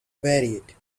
varied